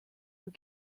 were